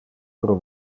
pro